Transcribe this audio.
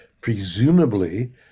presumably